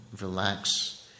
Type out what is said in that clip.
relax